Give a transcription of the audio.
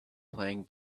playing